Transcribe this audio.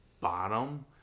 bottom